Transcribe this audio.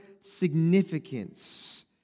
significance